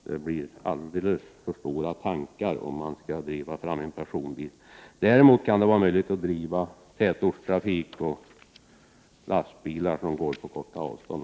Bränsletankarna blir alltför stora. Däremot kan vätgas vara användbart som drivmedel i bussar i tätortstrafik och i lastbilar som förflytttar sig över korta avstånd.